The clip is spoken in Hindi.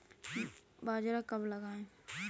बाजरा कब लगाएँ?